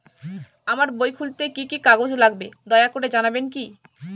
আমার বই খুলতে কি কি কাগজ লাগবে দয়া করে জানাবেন কি?